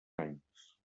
anys